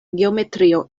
geometrio